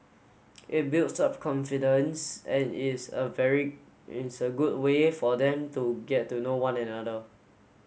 it builds up confidence and is a very is a good way for them to get to know one another